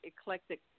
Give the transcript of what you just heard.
eclectic